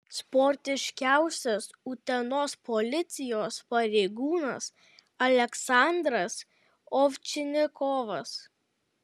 sportiškiausias utenos policijos pareigūnas aleksandras ovčinikovas